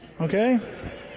Okay